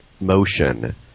motion